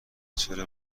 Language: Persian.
چرا